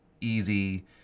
easy